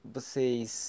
Vocês